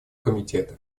комитета